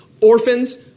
orphans